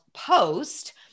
Post